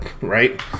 right